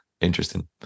interesting